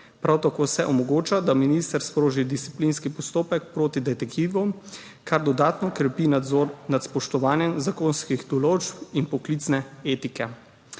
Prav tako se omogoča, da minister sproži disciplinski postopek proti detektivom, kar dodatno krepi nadzor nad spoštovanjem zakonskih določb in poklicne etike.